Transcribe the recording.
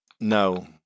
no